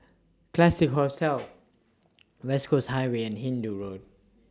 Classique Hotel West Coast Highway and Hindoo Road